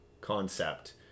concept